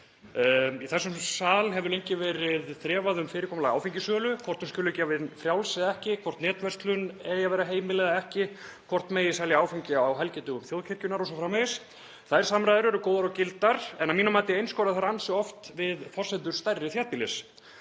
Í þessum sal hefur lengi verið þrefað um fyrirkomulag áfengissölu, hvort hún skuli gefin frjáls eða ekki, hvort netverslun eigi að vera heimil eða ekki, hvort megi selja áfengi á helgidögum þjóðkirkjunnar o.s.frv. Þær samræður eru góðar og gildar en að mínu mati einskorðast þær ansi oft við forsendur stærri þéttbýlisstaða.